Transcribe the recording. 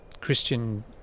Christian